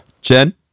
Jen